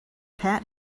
pat